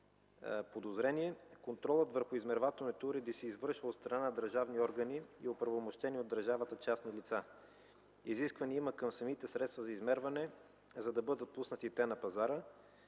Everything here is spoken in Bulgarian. подозрение. Контролът върху измервателните уреди се извършва от страна на държавни органи и оправомощени от държавата частни лица. Изискване има към самите средства за измерване, за да бъдат пуснати те на пазари,